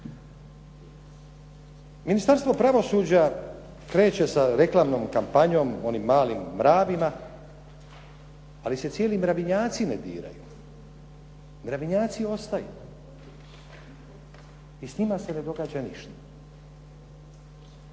Ministarstvo pravosuđa kreće sa reklamnom kampanjom, onim malim mravima, ali se cijeli mravinjaci ne diraju. Mravinjaci ostaju i s njima se ne događa ništa.